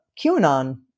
QAnon